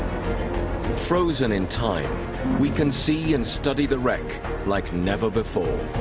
frozen in time we can see and study the wreck like never before